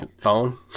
phone